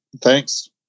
Thanks